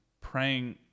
praying